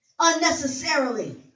unnecessarily